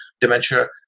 dementia